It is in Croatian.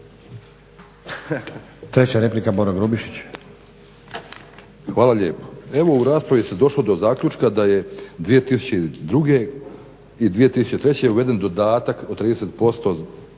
**Grubišić, Boro (HDSSB)** Hvala lijepo. Evo u raspravi se došlo do zaključka da je 2002. i 2003. uveden dodatak od 30%